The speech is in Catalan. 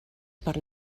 per